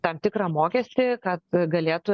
tam tikrą mokestį kad galėtų